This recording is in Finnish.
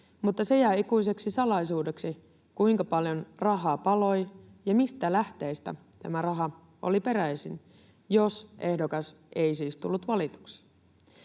mutta se jää ikuiseksi salaisuudeksi, kuinka paljon rahaa paloi ja mistä lähteistä tämä raha oli peräisin, jos ehdokas ei siis tullut valituksi.